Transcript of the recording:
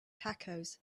tacos